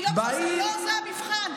לא זה המבחן.